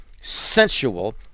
sensual